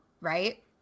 right